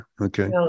Okay